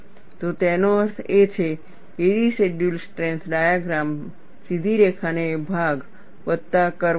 તો તેનો અર્થ એ છે કે રેસિડયૂઅલ સ્ટ્રેન્થ ડાયગ્રામ માં સીધી રેખાનો ભાગ વત્તા કર્વ હશે